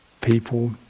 people